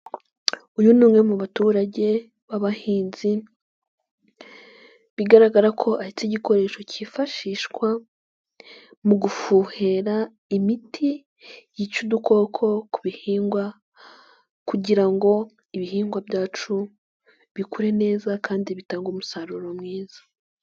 Uyu ni umwe mu baturage b'abahinzi bigaragara ko ahatse igikoresho kifashishwa mu gufuhira imiti yica udukoko ku bihingwa kugira ngo ibihingwa byacu bikure neza kandi bitanga umusaruro mwiza.